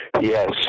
Yes